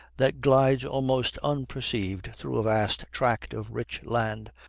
that glides almost unperceived through a vast tract of rich land,